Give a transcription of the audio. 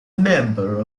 member